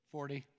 Forty